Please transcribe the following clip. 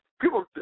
people